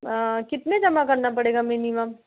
कितने जमा करना पड़ेगा मिनिमम